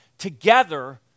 together